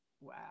Wow